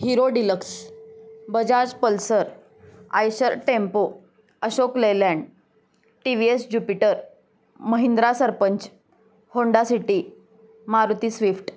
hero Deluxe Bajaj Pulsar Eicher Tempo Ashok Leyland T V S Jupiter Mahindra Sarpanch Honda City Maruti Swift